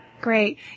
Great